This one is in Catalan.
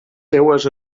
seues